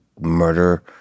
murder